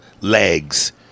legs